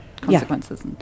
consequences